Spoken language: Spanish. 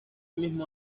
mismo